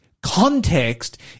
Context